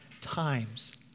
times